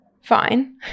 fine